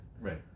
Right